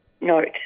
note